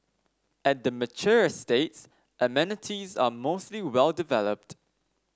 at the mature estates amenities are mostly well developed